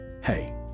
Hey